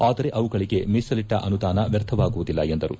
ಆದರೆ ಅವುಗಳಿಗೆ ಮೀಸಲಿಟ್ಟ ಅನುದಾನ ವ್ಯರ್ಥವಾಗುವುದಿಲ್ಲ ಎಂದರು